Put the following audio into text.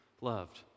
loved